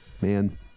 man